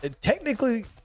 Technically